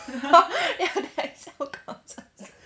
ya the excel courses